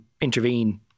intervene